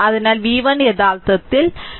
അതിനാൽ v1 യഥാർത്ഥത്തിൽ ഇത് v v1 v